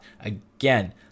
Again